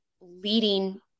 leading